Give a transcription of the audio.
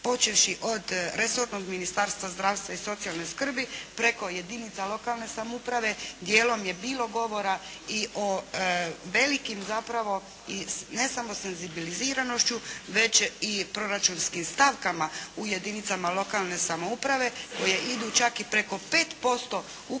počevši od resornog Ministarstva zdravstva i socijalne skrbi preko jedinica lokalne samouprave. Dijelom je bilo govora i o velikim zapravo i ne samo senzibiliziranošću već i proračunskim stavkama u jedinicama lokalne samouprave koje idu čak i preko 5% ukupnih